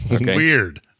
Weird